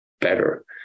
better